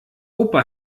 opa